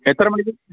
എത്ര മണിക്ക്